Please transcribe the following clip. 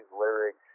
lyrics